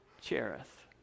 Cherith